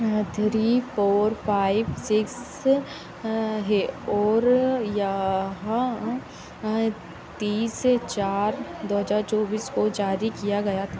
three four five six है और यहाँ आएँ तीस चार दो हज़ार चौबीस को जारी किया गया था